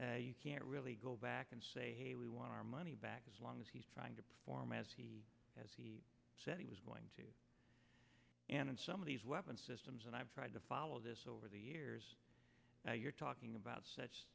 can you can't really go back and say hey we want our money back as long as he's trying to perform as he as he said he was going to and in some of these weapons systems and i've tried to follow this over the years now you're talking about such